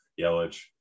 Yelich